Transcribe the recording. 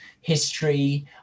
history